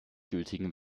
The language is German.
gültigen